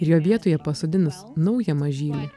ir jo vietoje pasodinus naują mažylį